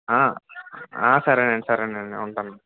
సరే అండి సరే అండి ఉంటాను